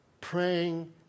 praying